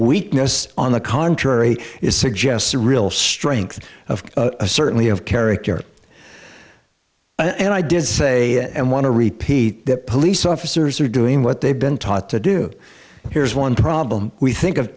weakness on the contrary it suggests a real strength of certainly of character and i did say and want to repeat that police officers are doing what they've been taught to do here is one problem we think of